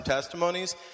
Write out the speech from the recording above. testimonies